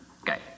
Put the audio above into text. Okay